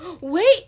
Wait